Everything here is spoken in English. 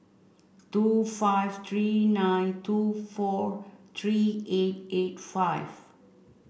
two five three nine two four three eight eight five